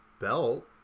belt